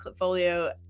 Clipfolio